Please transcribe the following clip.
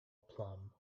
plum